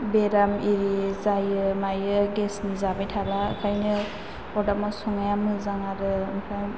बेराम इरि जायो मायो गेस नि जाबाय थाब्ला ओंखायनो अरदाबाव संनाया मोजां आरो ओमफ्राय